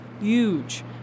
huge